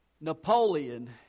Napoleon